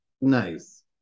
Nice